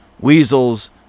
weasels